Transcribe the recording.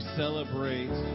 celebrate